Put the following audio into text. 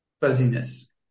fuzziness